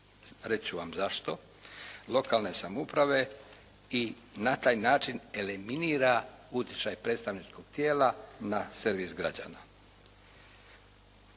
ću vam zašto, lokalne samouprave i na taj način eliminira utjecaj predstavničkog tijela na servis građana.